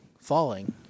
falling